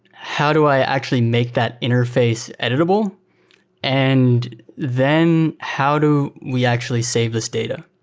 how do i actually make that interface editable and then how do we actually save this data?